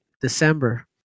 December